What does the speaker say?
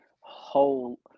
whole